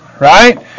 Right